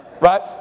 right